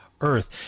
Earth